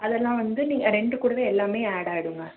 அதெல்லாம் வந்து நீங்கள் ரெண்ட் கூடவே எல்லாமே ஆடாகிடும்ங்க